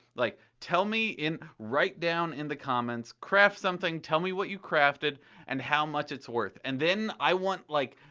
like tell me. write down in the comments, craft something, tell me what you crafted and how much it's worth. and then i want like,